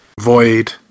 void